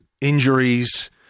injuries